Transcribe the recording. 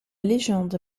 légende